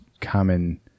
common